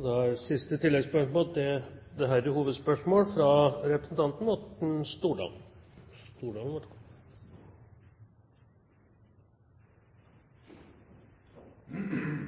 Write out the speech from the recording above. Morten Stordalen – til oppfølgingsspørsmål. Det